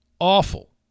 Awful